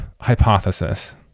hypothesis